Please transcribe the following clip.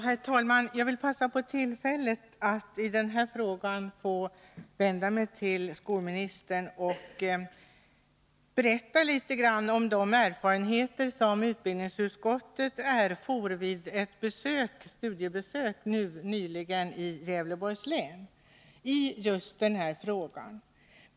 Herr talman! Jag vill passa på tillfället att få vända mig till skolministern och berätta litet grand om de erfarenheter i den här frågan som utbildningsutskottet gjorde vid ett studiebesök nyligen i Gävleborgs län.